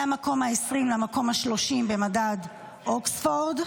מהמקום ה-20 למקום ה-30 במדד אוקספורד.